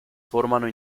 formano